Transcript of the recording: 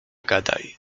gadaj